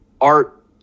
art